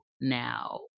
now